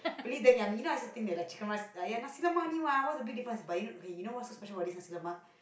believe them yummy now is the thing that the chicken rice ya lah nasi-lemak only [what] what the big difference but you know you know what special about this nasi-lemak